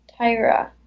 Tyra